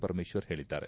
ಪರಮೇಶ್ವರ್ ಹೇಳಿದ್ದಾರೆ